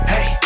Hey